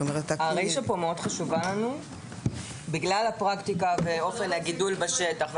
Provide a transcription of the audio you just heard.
הרישה כאן מאוד חשובה לנו בגלל הפרקטיקה ואופן הגידול בשטח.